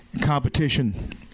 competition